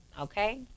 okay